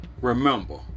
Remember